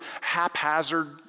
haphazard